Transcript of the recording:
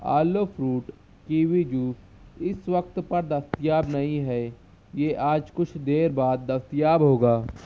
آلو fruit kiwi juice اس وقت پر دستیاب نہیں ہے یہ آج کچھ دیر بعد دستیاب ہوگا